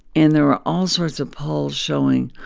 and there were all sorts of polls showing